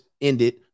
ended